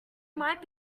might